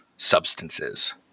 Substances